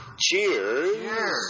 Cheers